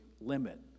limit